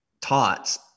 taught